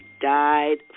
died